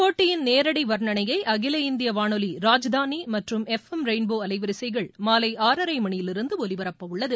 போட்டியின் நேரடி வர்ணனையை அகில இந்திய வானொலி ராஜ்தானி மற்றும் எஃப் எம் ரெய்ன்போ அலைவரிசைகள் மாலை ஆறரை மணியிலிருந்து ஒலிபரப்ப உள்ளது